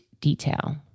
detail